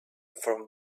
from